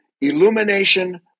illumination